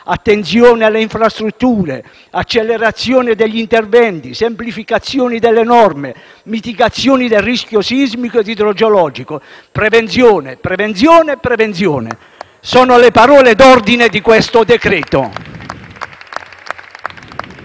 attenzione alle infrastrutture; accelerazione degli interventi; semplificazione delle norme; mitigazione del rischio sismico e idrogeologico e prevenzione sono le parole d'ordine del decreto-legge